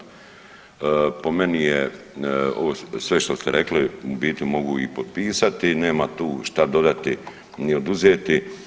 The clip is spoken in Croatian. Po meni je ovo sve što ste rekli, u biti mogu i potpisati, nema tu šta dodati ni oduzeti.